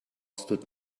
stood